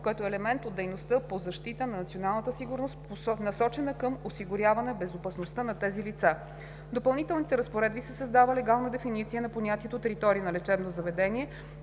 което е елемент от дейността по защитата на националната сигурност, насочена към осигуряване безопасността на тези лица. В Допълнителните разпоредби се създава легална дефиниция на понятието „територия на лечебното заведение“,